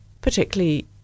particularly